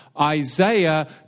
isaiah